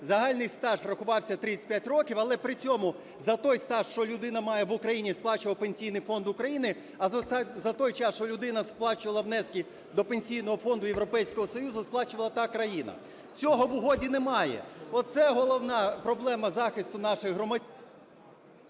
загальний стаж рахувався 35 років, але при цьому за той стаж, що людина має в Україні і сплачувала в Пенсійний фонд України, а за той час, що людина сплачувала внески до Пенсійного фонду Європейського Союзу, сплачувала та країна. Цього в угоді немає. Оце головна проблема захисту наших...